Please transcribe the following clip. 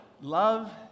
Love